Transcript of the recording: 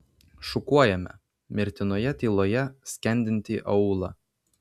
šukuojame mirtinoje tyloje skendintį aūlą